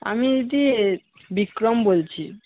আমি দিদি বিক্রম বলছি